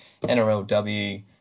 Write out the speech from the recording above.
NRLW